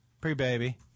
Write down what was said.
Pre-baby